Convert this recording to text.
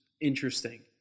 interesting